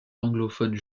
anglophone